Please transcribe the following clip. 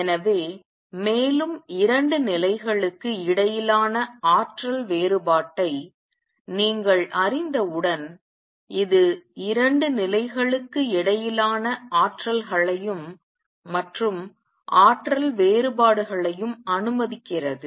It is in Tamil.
எனவே மேலும் 2 நிலைகளுக்கு இடையிலான ஆற்றல் வேறுபாட்டை நீங்கள் அறிந்தவுடன் இது 2 நிலைகளுக்கு இடையிலான ஆற்றல்களையும் மற்றும் ஆற்றல் வேறுபாடுகளையும் அனுமதிக்கிறது